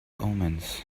omens